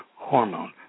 hormone